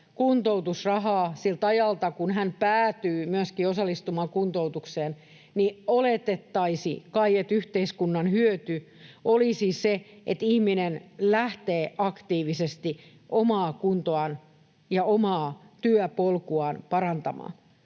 kuntoutusrahaa siltä ajalta, kun hän päätyy myöskin osallistumaan kuntoutukseen, niin oletettaisiin kai, että yhteiskunnan hyöty olisi se, että ihminen lähtee aktiivisesti omaa kuntoaan ja omaa työpolkuaan parantamaan.